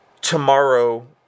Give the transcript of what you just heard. tomorrow